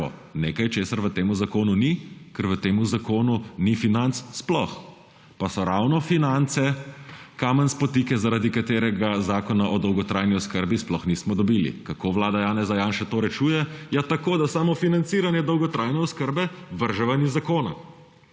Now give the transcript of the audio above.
Nekaj, česar v tem zakonu ni, ker v tem zakonu ni financ sploh, pa so ravno finance kamen spotike, zaradi katerega zakona o dolgotrajni oskrbi sploh nismo dobili. Kako vlada Janeza Janše to rešuje? Ja tako, da samo financiranje dolgotrajne oskrb vrže ven iz zakona.